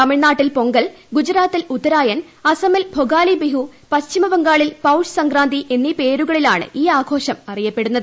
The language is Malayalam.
തമിഴ്നാട്ടിൽ പൊങ്കൽ ഗുജറാത്തിൽ ഉത്തരായൻ അസമിൽ ഭൊഗാലി ബിഹു പശ്ചിമ ബംഗാളിൽ പൌഷ്ട് സംക്രാന്തി എന്നീ പേരുകളിലാണ് ഈ ആഘോഷം അറിയപ്പെട്ടുന്നത്